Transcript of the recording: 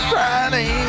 Friday